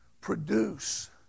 produce